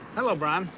hello, brian.